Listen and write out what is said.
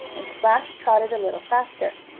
and splash trotted a little faster.